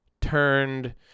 turned